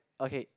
okay